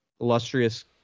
illustrious